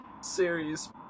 series